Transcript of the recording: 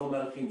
לא מהלכים,